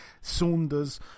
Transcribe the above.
Saunders